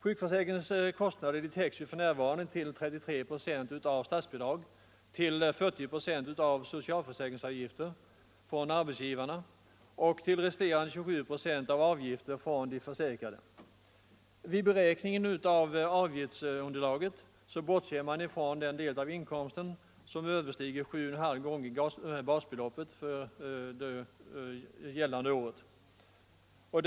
Sjukförsäkringens kostnader täcks ju för närvarande till 33 procent av statsbidrag, till 40 procent av socialförsäkringsavgifter från arbetsgivarna och till resterande 27 procent av avgifter från de försäkrade. Vid beräkningen av avgiftsunderlaget bortser man från den del av inkomsten som överstiger 7,5 gånger det vid årets ingång gällande basbeloppet.